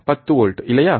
10 volt இல்லையா